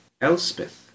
Elspeth